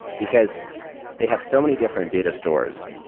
because they have so many different data stores.